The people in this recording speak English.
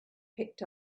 picked